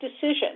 decision